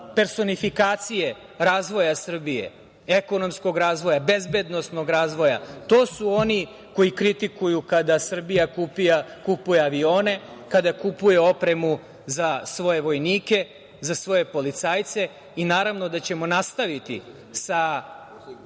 personifikacije razvoja Srbije, ekonomskog razvoja, bezbednosnog razvoja. To su oni koji kritikuju kada Srbija kupuje avione, kada kupuje opremu za svoje vojnike, za svoje policajce. Naravno da ćemo nastaviti sa